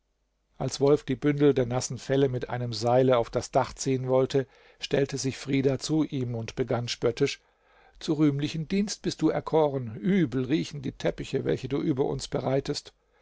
als wolf die bündel der nassen felle mit einem seile auf das dach ziehen wollte stellte sich frida zu ihm und begann spöttisch zu rühmlichem dienst bist du erkoren übel riechen die teppiche welche du über uns breitest